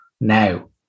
now